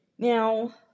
Now